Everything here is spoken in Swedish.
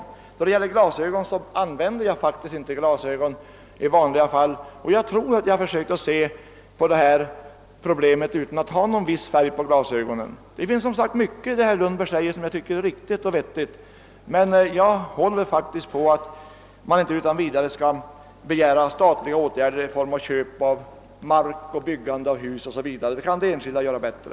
Vad glasögonen beträffar som herr Lundberg talar om kan jag säga att jag faktiskt inte använder sådana i vanliga fall. Jag tror att jag har försökt att se detta problem utan att anlägga någon viss färg på glasögonen. Det finns, som sagt, mycket i det som herr Lundberg säger som är riktigt och vettigt, men jag håller på att man inte utan vidare skall begära statliga åtgärder i form av köp av mark och byggande av hus 0. sS. Vv. Det kan de enskilda göra bättre.